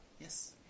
Yes